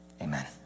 Amen